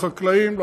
לחקלאים,